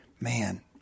man